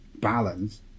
balance